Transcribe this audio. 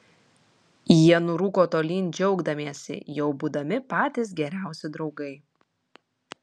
jie nurūko tolyn džiaugdamiesi jau būdami patys geriausi draugai